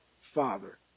Father